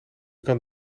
kan